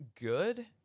Good